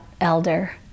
elder